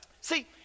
See